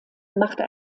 machte